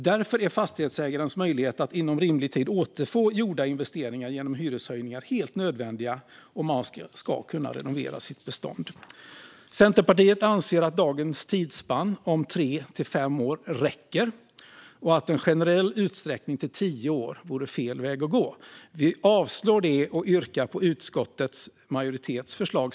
Därför är fastighetsägarens möjlighet att inom rimlig tid återfå gjorda investeringar genom hyreshöjningar helt nödvändig om ägaren ska kunna renovera sitt bestånd. Vi i Centerpartiet anser att dagens tidsspann om tre till fem år räcker och att en generell utsträckning till tio år vore fel väg att gå. Vi yrkar avslag på detta och yrkar bifall till utskottsmajoritetens förslag.